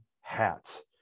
hats